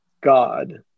God